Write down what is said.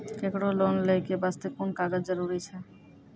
केकरो लोन लै के बास्ते कुन कागज जरूरी छै?